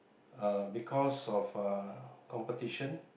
uh because of uh competition